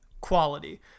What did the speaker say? quality